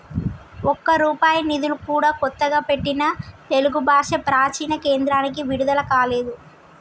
ఒక్క రూపాయి నిధులు కూడా కొత్తగా పెట్టిన తెలుగు భాషా ప్రాచీన కేంద్రానికి విడుదల కాలేదు